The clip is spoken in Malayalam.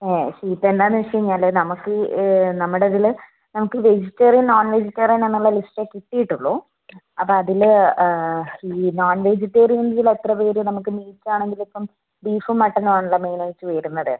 ഇതിപ്പം എന്താണെന്ന് വെച്ചുകഴിഞ്ഞാൽ നമുക്ക് നമ്മുടെ ഇതിൽ നമുക്ക് വെജിറ്റേറിയൻ നോൺ വെജിറ്റേറിയൻ എന്നുള്ള ലിസ്റ്റേ കിട്ടിയിട്ടുള്ളൂ അപ്പോൾ അതിൽ ഈ നോൺ വെജിറ്റേറിയനിൽ എത്ര പേർ മീറ്റ്സ് ആണെങ്കിൽ ബീഫും മട്ടനും ആണല്ലോ മെയിൻ ആയിട്ട് വരുന്നത്